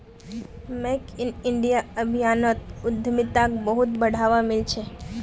make in India अभियानोत उद्यमिताक बहुत बढ़ावा मिल छ